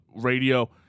Radio